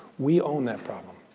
we own that problem.